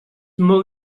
molt